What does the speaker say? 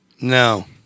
No